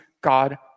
God